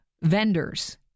vendors